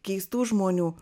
keistų žmonių